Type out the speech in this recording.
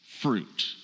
fruit